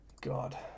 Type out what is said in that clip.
God